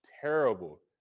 terrible